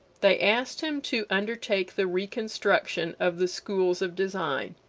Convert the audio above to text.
they asked him to undertake the reconstruction of the schools of design,